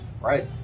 Right